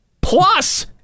Plus